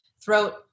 throat